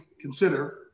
consider